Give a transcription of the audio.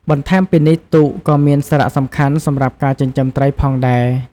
បន្ថែមពីនេះ ទូកក៏មានសារៈសំខាន់សម្រាប់ការចិញ្ចឹមត្រីផងដែរ។